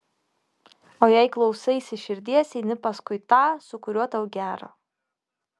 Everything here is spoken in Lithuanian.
o jei klausaisi širdies eini paskui tą su kuriuo tau gera